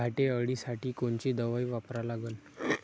घाटे अळी साठी कोनची दवाई वापरा लागन?